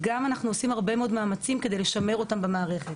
ואנחנו גם עושים הרבה מאוד מאמצים כדי לשמר אותם במערכת.